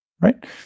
right